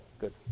good